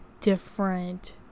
different